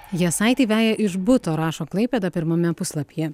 jasaitį veja iš buto rašo klaipėda pirmame puslapyje